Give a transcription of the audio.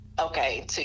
Okay